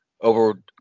Over